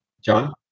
John